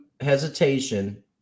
hesitation